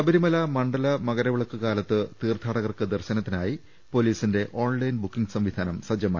ശബരിമല മണ്ഡല മകരവിളക്ക് കാലത്ത് തീർത്ഥാടകർക്ക് ദർശനത്തിനായി പൊലീസിന്റെ ഓൺലൈൻ ബുക്കിംഗ് സംവി ധാനം സജ്ജമായി